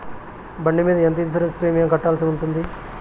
బండి మీద ఎంత ఇన్సూరెన్సు ప్రీమియం కట్టాల్సి ఉంటుంది?